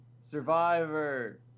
Survivor